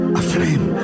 aflame